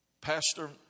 Pastor